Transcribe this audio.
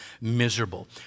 miserable